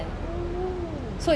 so good